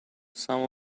some